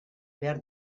behar